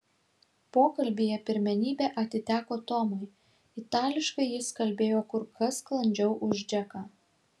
pokalbyje pirmenybė atiteko tomui itališkai jis kalbėjo kur kas sklandžiau už džeką